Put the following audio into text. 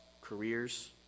careers